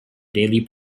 daily